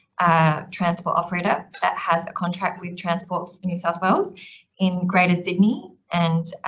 ah, transport operator that has a contract with transport for new south wales in greater sydney and ah,